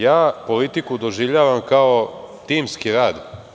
Ja politiku doživljavam kao timski rad.